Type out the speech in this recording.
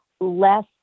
less